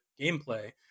gameplay